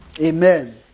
Amen